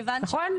נכון?